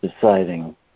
Deciding